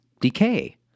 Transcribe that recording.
decay